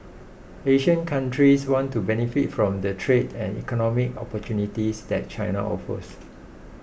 Asian countries want to benefit from the trade and economic opportunities that China offers